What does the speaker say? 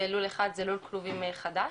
ולול אחד זה לול כלובים חדש.